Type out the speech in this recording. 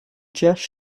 deis